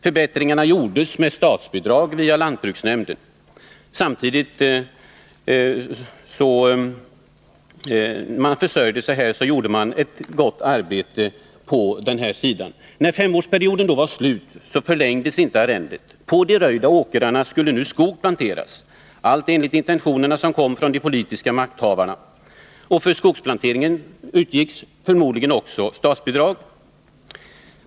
Förbättringarna gjordes med statsbidrag via lantbruksnämnden. Samtidigt som man försörjde sig gjorde man ett gott arbete på den här sidan. När femårsperioden var slut förlängdes inte arrendet. På de röjda åkrarna skulle nu skog planteras — allt enligt intentioner som kom från de politiska makthavarna. För skogsplanteringen utgick förmodligen också statsbidrag.